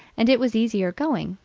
and it was easier going,